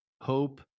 hope